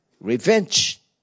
Revenge